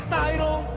title